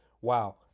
wow